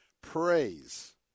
Praise